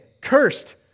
cursed